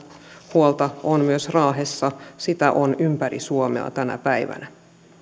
huolta on myös raahessa sitä on ympäri suomea tänä päivänä